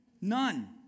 None